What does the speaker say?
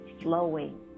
flowing